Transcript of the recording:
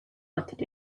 what